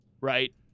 right